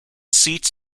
seats